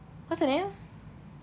what's her name